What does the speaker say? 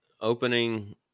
opening